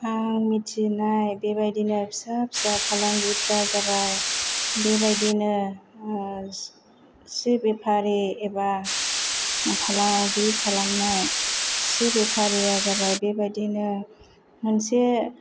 आं मिथिनाय बेबायदिनो फिसा फिसा फालांगिफ्रा जाबाय बेबायदिनो सि बेफारि एबा फालांगि खालामनाय सि बेफारिया जाबाय बेबायदिनो मोनसे